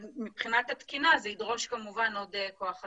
אבל מבחינת התקינה זה ידרוש כמובן עוד כוח אדם.